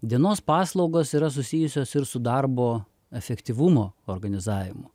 dienos paslaugos yra susijusios ir su darbo efektyvumo organizavimu